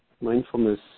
mindfulness